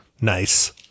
Nice